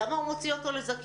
למה הוא מוציא אותו לזכיינים.